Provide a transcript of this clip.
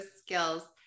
skills